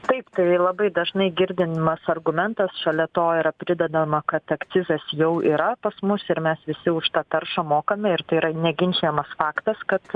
taip tai labai dažnai girdimas argumentas šalia to yra pridedama kad akcizas jau yra pas mus ir mes visi už tą taršą mokame ir tai yra neginčijamas faktas kad